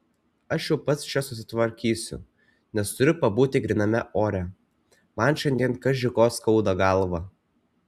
aš jau pats čia susitvarkysiu nes turiu pabūti gryname ore man šiandien kaži ko skauda galvą